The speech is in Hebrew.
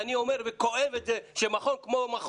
ואני אומר וכואב את זה שמכון סאלד